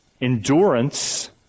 endurance